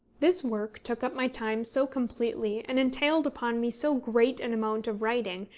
this work took up my time so completely, and entailed upon me so great an amount of writing,